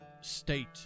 state